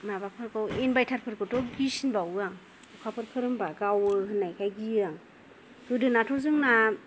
माबाफोरखौ इनभार्टार रफोरखौथ' गिसिनबावो आं अखाफोर खोरोमबा गावो होननायखाय गियो आं गोदोनाथ' जोंना